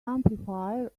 amplifier